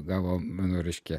gavo mano reiškia